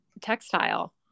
textile